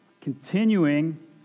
continuing